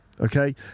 okay